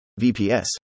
VPS